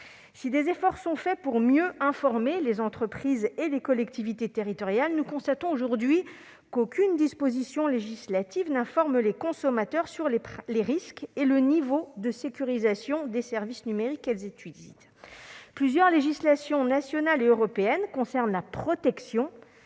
Si des efforts sont faits pour mieux informer les entreprises et les collectivités territoriales, nous constatons qu'aucune disposition législative n'oblige à informer les consommateurs sur les risques et le niveau de sécurisation des services numériques utilisés. Plusieurs législations nationales et européennes concernent la protection